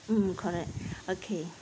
hmm correct okay